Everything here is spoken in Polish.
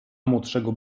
młodszego